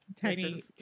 Tiny